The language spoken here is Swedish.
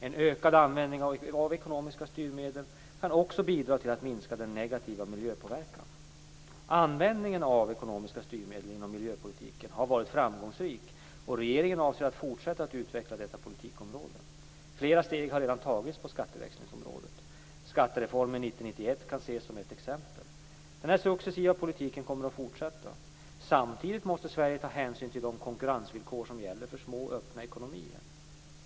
En ökad användning av ekonomiska styrmedel kan också bidra till att minska den negativa miljöpåverkan. Användningen av ekonomiska styrmedel inom miljöpolitiken har varit framgångsrik, och regeringen avser att fortsätta att utveckla detta politikområde. Flera steg har redan tagits på skatteväxlingsområdet. Skattereformen 1990-1991 kan ses som ett exempel. Denna successiva politik kommer att fortsätta. Samtidigt måste Sverige ta hänsyn till de konkurrensvillkor som gäller för små öppna ekonomier.